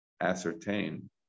ascertain